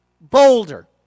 boulder